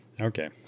Okay